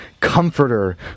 comforter